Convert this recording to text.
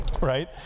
right